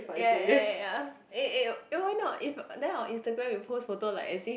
ya ya ya ya eh eh eh why not if then our Instagram we post photo like as if